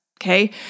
Okay